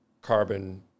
carbon